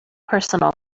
personal